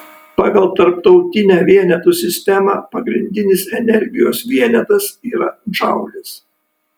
pagal tarptautinę vienetų sistemą pagrindinis energijos vienetas yra džaulis